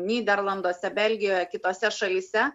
nyderlanduose belgijoje kitose šalyse